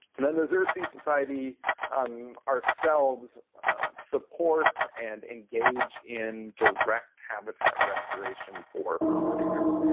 and then the xerces society um ourselves support and engage in direct habitat restoration for pollinators.